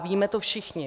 Víme to všichni.